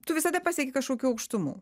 tu visada pasieki kažkokių aukštumų